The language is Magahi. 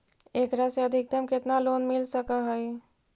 एकरा से अधिकतम केतना लोन मिल सक हइ?